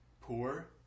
poor